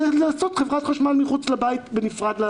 זה לעשות חברת חשמל מחוץ לבית בנפרד.